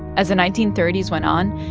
as the nineteen thirty s went on,